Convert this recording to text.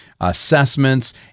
assessments